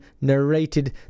narrated